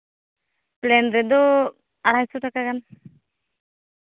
plan ᱨᱮᱫᱚ ᱟᱲᱟᱭ ᱥᱚ ᱴᱟᱠᱟ ᱜᱟᱱ